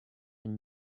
and